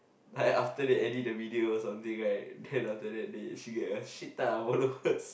like after they edit the video right or something right then after that she get a shit tons of words